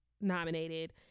nominated